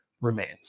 remains